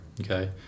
Okay